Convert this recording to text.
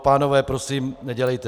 Pánové, prosím, to nedělejte.